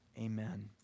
Amen